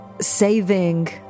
saving